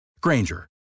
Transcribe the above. Granger